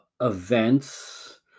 events